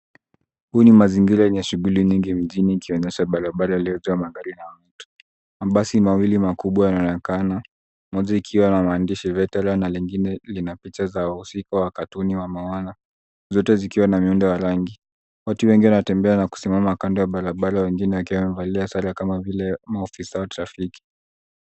Huu ni mazingira yenye shughuli nyingi mjini ikionyesha barabara iliyojaa magari na watu. Mabasi mawili makubwa yanaonekana, moja ikiwa na maandishi veteran , lingine lina picha za wahusika wakatuni wa Moana, zote zikiwa na miundo ya rangi. Watu wengi wanatembea na kusimama kando ya barabara wengine wakiwa wamevalia sare kama vile maofisa wa trafiki.